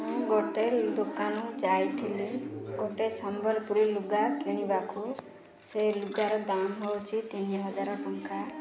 ମୁଁ ଗୋଟଟିଏ ଦୋକାନ ଯାଇଥିଲି ଗୋଟିଏ ସମ୍ବଲପୁରୀ ଲୁଗା କିଣିବାକୁ ସେ ଲୁଗାର ଦାମ୍ ହେଉଛି ତିନି ହଜାର ଟଙ୍କା